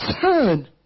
turn